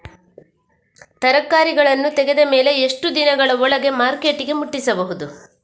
ತರಕಾರಿಗಳನ್ನು ತೆಗೆದ ಮೇಲೆ ಎಷ್ಟು ದಿನಗಳ ಒಳಗೆ ಮಾರ್ಕೆಟಿಗೆ ಮುಟ್ಟಿಸಬೇಕು?